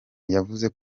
yavuze